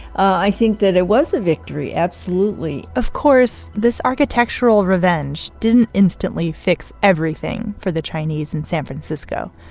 i think that it was a victory. absolutely of course, this architectural revenge didn't instantly fix everything for the chinese in san francisco.